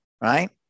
right